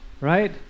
right